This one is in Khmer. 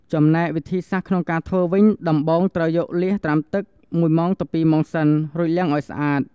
ចំណែកវិធីសាស្រ្តក្នុងការធ្វើវិញ ដំបូងត្រូវយកលៀសត្រាំទឹក១ទៅ២ម៉ោងសិន រួចលាងឲ្យស្អាត។